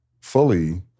fully